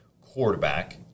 quarterback